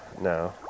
No